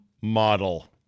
model